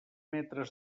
metres